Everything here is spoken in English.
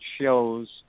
shows